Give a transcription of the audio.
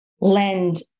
lend